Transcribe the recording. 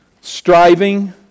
striving